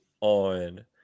on